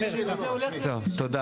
שלום לכולם,